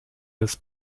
des